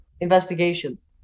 investigations